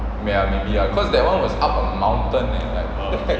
ya maybe ya cause that [one] was up a mountain leh